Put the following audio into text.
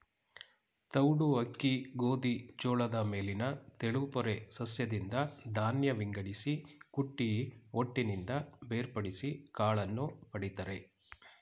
ತೌಡು ಅಕ್ಕಿ ಗೋಧಿ ಜೋಳದ ಮೇಲಿನ ತೆಳುಪೊರೆ ಸಸ್ಯದಿಂದ ಧಾನ್ಯ ವಿಂಗಡಿಸಿ ಕುಟ್ಟಿ ಹೊಟ್ಟಿನಿಂದ ಬೇರ್ಪಡಿಸಿ ಕಾಳನ್ನು ಪಡಿತರೆ